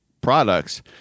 products